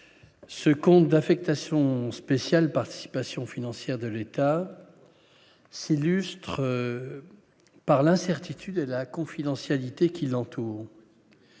ce compte d'affectation spéciale participation financière de l'État s'illustre par l'incertitude et la confidentialité qu'ils en tout.